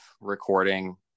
recording